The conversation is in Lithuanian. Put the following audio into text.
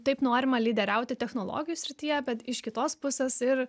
taip norima lyderiauti technologijų srityje bet iš kitos pusės ir